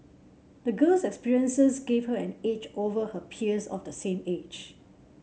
the girl's experiences gave her an edge over her peers of the same age